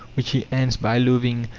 which he ends by loathing,